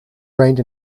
rained